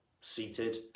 seated